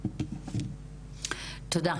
תודה.